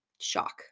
Shock